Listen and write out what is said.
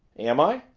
am i?